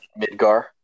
Midgar